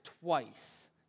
twice